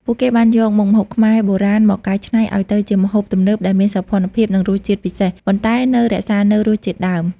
ពួកគេបានយកមុខម្ហូបខ្មែរបុរាណមកកែច្នៃឲ្យទៅជាម្ហូបទំនើបដែលមានសោភ័ណភាព និងរសជាតិពិសេស ប៉ុន្តែនៅរក្សានូវរសជាតិដើម។